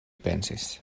pensis